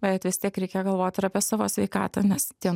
bet vis tiek reikia galvot ir apie savo sveikatą nes tie